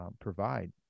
provide